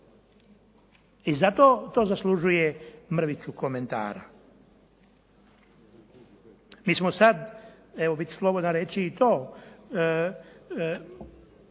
I zato to zaslužuje mrvicu komentara. Mi smo sad evo bit ću slobodan reći i to,